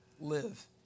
live